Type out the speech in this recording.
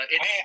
Hey